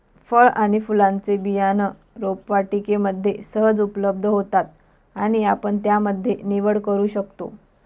फळ आणि फुलांचे बियाणं रोपवाटिकेमध्ये सहज उपलब्ध होतात आणि आपण त्यामध्ये निवड करू शकतो